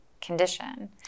condition